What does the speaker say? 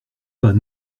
pas